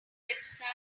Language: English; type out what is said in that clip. website